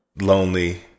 Lonely